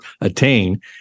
attain